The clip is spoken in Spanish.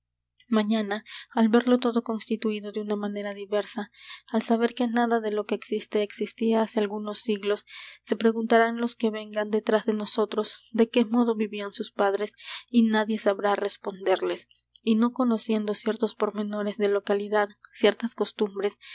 mañana al verlo todo constituído de una manera diversa al saber que nada de lo que existe existía hace algunos siglos se preguntarán los que vengan detrás de nosotros de qué modo vivían sus padres y nadie sabrá responderles y no conociendo ciertos pormenores de localidad ciertas costumbres